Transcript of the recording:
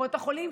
קופות החולים,